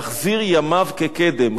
להחזיר ימיו כקדם.